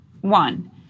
One